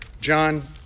John